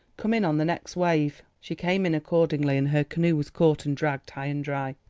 come in on the next wave. she came in accordingly and her canoe was caught and dragged high and dry.